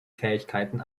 fähigkeiten